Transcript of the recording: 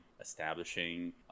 establishing